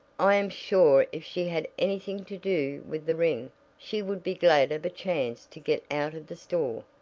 i am sure if she had anything to do with the ring she would be glad of a chance to get out of the store.